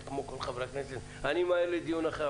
כמו כל חברי הכנסת 'אני ממהר לדיון אחר',